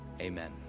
amen